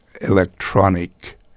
electronic